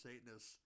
Satanists